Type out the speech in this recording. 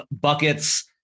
Buckets